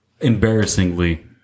embarrassingly